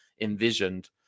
envisioned